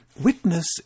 witness